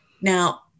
Now